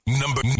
Number